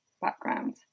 background